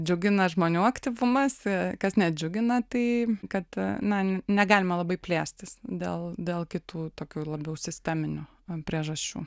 džiugina žmonių aktyvumas kas nedžiugina tai kad na negalima labai plėstis dėl dėl kitų tokių labiau sisteminių priežasčių